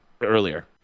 earlier